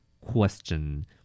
Question